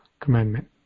commandment